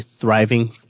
thriving